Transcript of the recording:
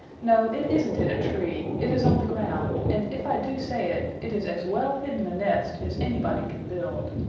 no, it isn't in a tree. it is on the ground and, if i do say it, it is as well hidden a nest as anybody can build.